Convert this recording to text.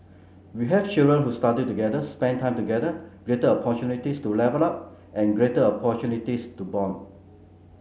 we have children who study together spent time together greater opportunities to level up and greater opportunities to bond